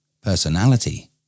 Personality